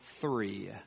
three